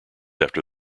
after